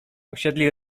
usiedli